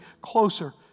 closer